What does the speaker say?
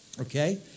okay